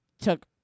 took